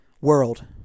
world